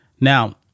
Now